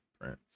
Prince